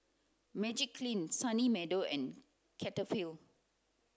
Magiclean Sunny Meadow and Cetaphil